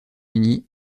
uni